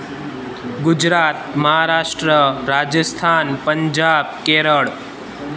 Gujarat Maharashtra Rajasthan Punjab Kerala